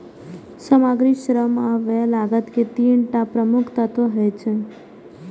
सामग्री, श्रम आ व्यय लागत के तीन टा प्रमुख तत्व होइ छै